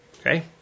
okay